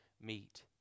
meet